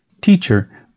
Teacher